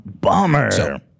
Bummer